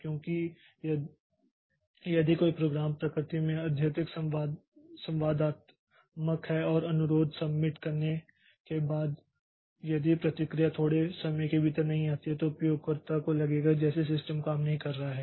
क्योंकि यदि कोई प्रोग्राम प्रकृति में अत्यधिक संवादात्मक है और अनुरोध सबमिट करने के बाद यदि प्रतिक्रिया थोड़े समय के भीतर नहीं आती है तो उपयोगकर्ता को लगेगा कि जैसे सिस्टम काम नहीं कर रहा है